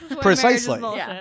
Precisely